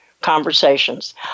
conversations